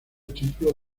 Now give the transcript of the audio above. título